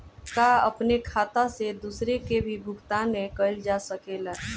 का अपने खाता से दूसरे के भी भुगतान कइल जा सके ला?